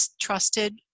trusted